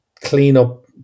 cleanup